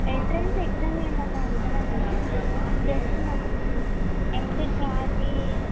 entrance exam ఏమైనా ఉంటుందా అండి జస్ట్ మనం ఎంసెట్ రాసి